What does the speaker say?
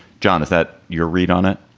john, is that your read on it?